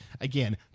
again